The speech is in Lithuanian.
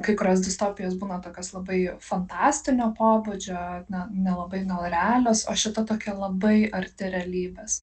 kai kurios distopijos būna tokios labai fantastinio pobūdžio nelabai gal realios o šita tokia labai arti realybės